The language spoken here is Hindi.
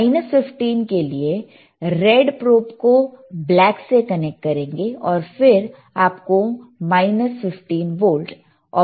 माइनस 15 वोल्ट के लिए रेड प्रोब को ब्लैक से कनेक्ट करेंगे और फिर आप को माइनस 15 वोल्ट दिखेगा